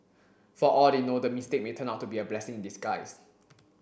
for all they know the mistake may turn out to be a blessing in disguise